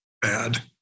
bad